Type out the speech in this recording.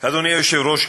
אדוני היושב-ראש,